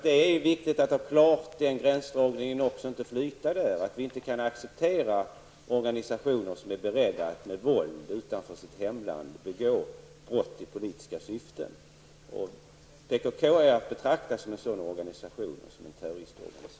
Det är viktigt att klargöra att vi inte kan acceptera organisationer som är beredda att utanför sitt hemland begå brott i politiska syften. PKK är att betrakta som en sådan organisation, dvs. en terroristorganisation.